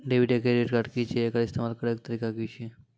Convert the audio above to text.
Debit या credit card की छियै? एकर इस्तेमाल करैक तरीका की छियै?